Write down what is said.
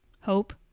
hope